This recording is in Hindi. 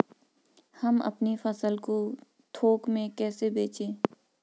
हम अपनी फसल को थोक में कैसे बेचें?